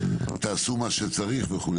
לעשות מה שצריך וכולי.